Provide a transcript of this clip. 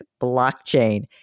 blockchain